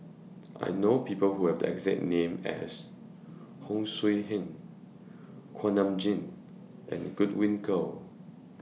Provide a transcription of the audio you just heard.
I know People Who Have The exact name as Hon Sui Hen Kuak Nam Jin and Godwin Koay